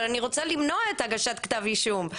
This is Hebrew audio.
אבל אני רוצה למנוע את הגשת כתב האישום,